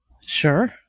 sure